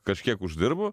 kažkiek uždirbu